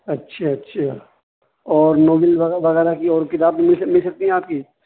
اچھا اچھا اور ناول وغیرہ کی اور کتاب بھی مل مل سکتی ہیں آپ کی